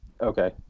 okay